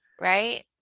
right